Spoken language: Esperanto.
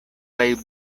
plej